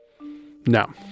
no